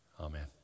Amen